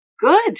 good